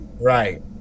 Right